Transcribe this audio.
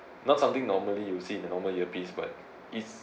not something normally you will see in the normal earpiece but it's